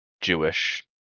Jewish